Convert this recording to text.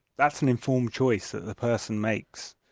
that's an informed choice that the person makes.